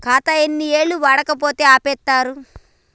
ఖాతా ఎన్ని ఏళ్లు వాడకపోతే ఆపేత్తరు?